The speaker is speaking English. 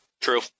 True